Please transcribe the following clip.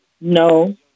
No